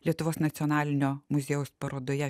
lietuvos nacionalinio muziejaus parodoje